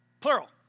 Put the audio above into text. Plural